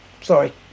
sorry